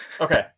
Okay